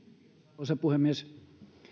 arvoisa puhemies